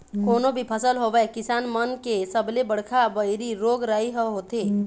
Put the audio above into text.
कोनो भी फसल होवय किसान मन के सबले बड़का बइरी रोग राई ह होथे